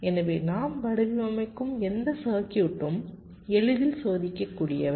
எனவே நாம் வடிவமைக்கும் எந்த சர்க்யூட்டும் எளிதில் சோதிக்கக்கூடியவை